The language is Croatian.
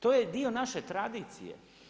To je dio naše tradicije.